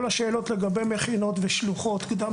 כל השאלות לגבי מכינות ושלוחות קדם